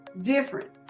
different